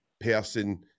person